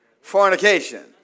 fornication